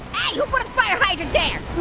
who put a fire hydrant